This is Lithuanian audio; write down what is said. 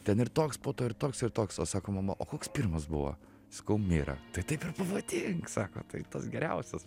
ten ir toks po to ir toks ir toks o sako mama o koks pirmas buvo sakau mira tai taip ir pavadink sako tai tas geriausias